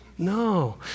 No